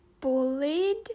bullied